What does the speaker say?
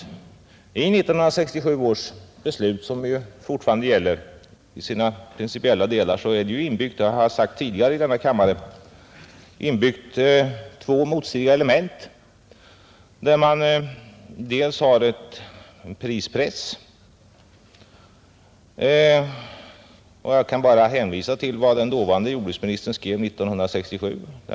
I 1967 års beslut, som fortfarande gäller i sina principiella delar, är inbyggt två motstridiga element — vilket jag har sagt tidigare i denna kammare, Å ena sidan har man en prispress, och jag kan bara hänvisa till vad den dåvarande jordbruksministern skrev 1967.